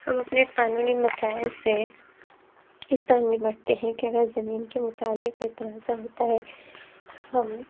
ہم اپنے قانونی مسائل سے اِس طرح نمٹتے ہیں کہ اگر زمین کے متعلق کوئی تنازعہ ہوتا ہے ہم